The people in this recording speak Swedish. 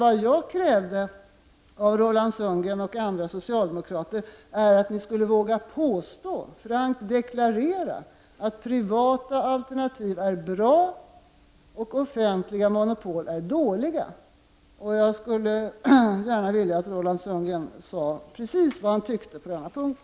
Vad jag kräver av Roland Sundgren och andra socialdemokrater är att ni skulle våga påstå, frankt deklarera, att privata alternativ är bra och offentliga monopol dåliga. Jag skulle gärna vilja att Roland Sundgren skulle säga precis vad han tycker på denna punkt.